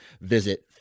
visit